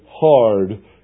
hard